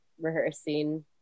rehearsing